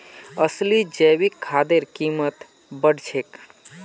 असली जैविक खादेर कीमत बढ़ छेक